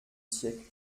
siècle